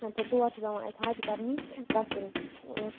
تہٕ تور چھِ پٮ۪وان اَسہِ حج کَرنہِ گژھُن